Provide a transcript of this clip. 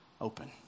open